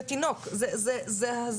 זה הזיה.